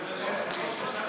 אני מצטער,